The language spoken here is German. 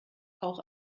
auch